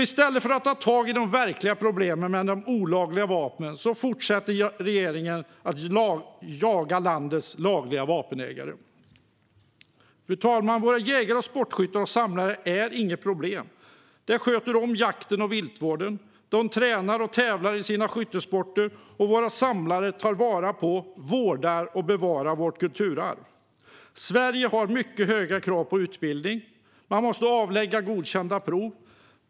I stället för att ta tag i de verkliga problemen med de olagliga vapnen fortsätter regeringen att jaga landets lagliga vapenägare. Våra jägare, sportskyttar och samlare är inget problem. De sköter om jakten och viltvården. De tränar och tävlar i sina skyttesporter. Och våra samlare tar vara på, vårdar och bevarar vårt kulturarv. Sverige har mycket höga krav på utbildning. Man måste avlägga godkända prov.